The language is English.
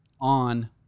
on